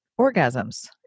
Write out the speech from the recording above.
orgasms